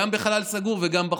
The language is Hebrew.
גם בחלל סגור וגם בחוץ.